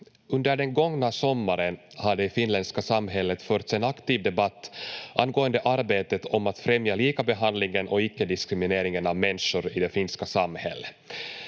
Under den gångna sommaren har det i det finländska samhället förts en aktiv debatt angående arbetet om att främja likabehandlingen och icke-diskrimineringen av människor i det finska samhället.